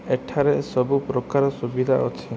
ଏଠାରେ ସବୁପ୍ରକାର ସୁବିଧା ଅଛି